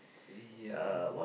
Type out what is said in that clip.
uh ya